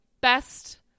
best